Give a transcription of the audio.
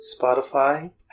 Spotify